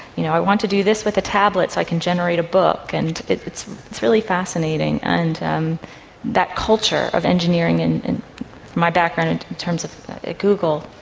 you know, i want to do this with a tablet so i can generate a book and it's it's really fascinating. and um that culture of engineering and and my background in and terms of google,